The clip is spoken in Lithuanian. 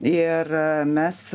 ir mes